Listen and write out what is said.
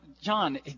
John